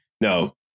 No